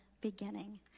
beginning